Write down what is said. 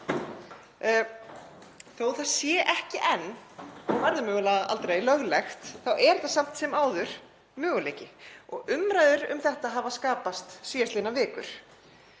Þó það sé ekki enn og verður mögulega aldrei löglegt þá er þetta samt sem áður möguleiki og umræður um þetta hafa skapast síðastliðnar vikur.